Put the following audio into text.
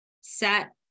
set